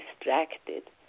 distracted